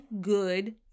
good